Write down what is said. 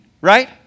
right